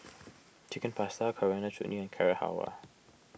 Chicken Pasta Coriander Chutney and Carrot Halwa